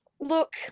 Look